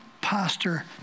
pastor